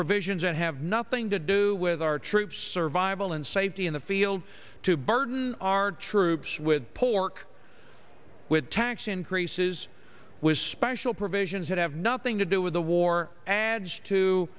provisions that have nothing to do with our troops survival and safety in the field to burden our troops with pork with tax increases was special provisions that have nothing to do with the war adds to